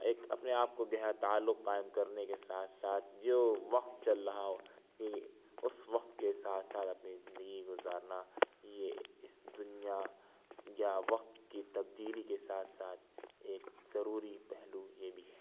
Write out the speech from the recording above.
ایک اپنے آپ کو گہرا تعلق قائم کرنے کے ساتھ ساتھ جو وقت چل رہا ہو اس وقت کے ساتھ ساتھ اپنی زندگی گزارنا یہ اس دنیا یا وقت کی تبدیلی کے ساتھ ساتھ ایک ضروری پہلو یہ بھی ہے